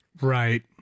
right